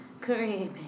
Creepy